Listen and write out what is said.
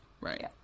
Right